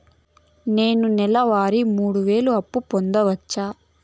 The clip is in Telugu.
నేను నెల వారి మూడు వేలు అప్పు పొందవచ్చా?